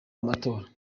amatora